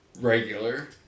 Regular